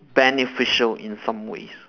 beneficial in some ways